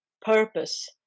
purpose